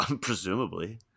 Presumably